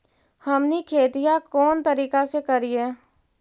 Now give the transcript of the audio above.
हमनी खेतीया कोन तरीका से करीय?